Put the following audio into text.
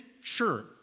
Sure